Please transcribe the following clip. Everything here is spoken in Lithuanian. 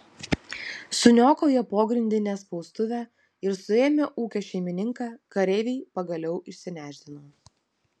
suniokoję pogrindinę spaustuvę ir suėmę ūkio šeimininką kareiviai pagaliau išsinešdino